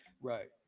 Right